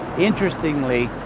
interestingly,